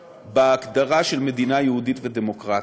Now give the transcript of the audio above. בהגדרה של מדינה יהודית ודמוקרטית.